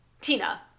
Tina